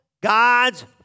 God's